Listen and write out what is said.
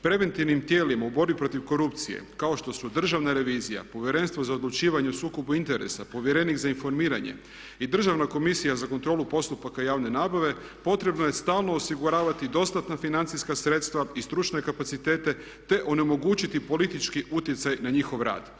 Preventivnim tijelima u borbi protiv korupcije kao što su Državna revizija, Povjerenstvo za odlučivanje o sukobu interesa, povjerenik za informiranje i Državna komisija za kontrolu postupaka javne nabave potrebno je stalno osiguravati dostatna financijska sredstva i stručne kapacitete, te onemogućiti politički uticaj na njihov rad.